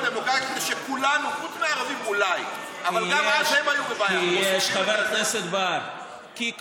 אנחנו בעד, בעד החוק הזה, חבר הכנסת מיקי לוי, שב,